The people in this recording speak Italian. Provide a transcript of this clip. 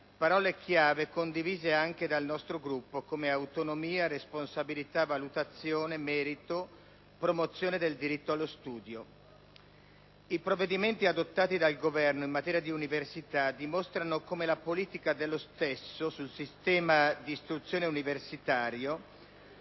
parole chiave condivise anche dal nostro Gruppo, come autonomia, responsabilità, valutazione, merito, promozione del diritto allo studio. I provvedimenti adottati dal Governo in materia di università dimostrano come la politica dello stesso sul sistema di istruzione universitario